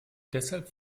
deshalb